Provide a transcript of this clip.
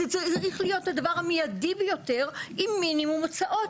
זה צריך להיות הדבר המיידי ביותר עם מינימום הוצאות.